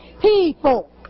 people